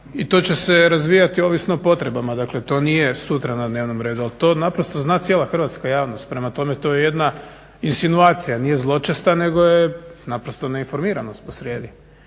i to će se razvijati ovisno o potrebama. Dakle, to nije sutra na dnevnom redu, ali to naprosto zna cijela hrvatska javnost. Prema tome, to je jedna insinuacija. Nije zločesta nego je naprosto neinformiranost posrijedi.